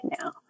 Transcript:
now